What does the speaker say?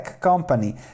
company